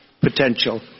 potential